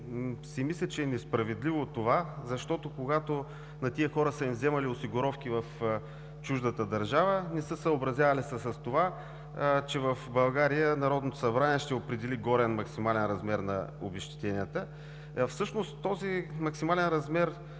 си мисля, че е несправедливо това, защото, когато на тези хора са им вземали осигуровки в чуждата държава, не са се съобразявали с това, че в България Народното събрание ще определи горен максимален размер на обезщетенията. Всъщност максималният размер